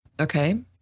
Okay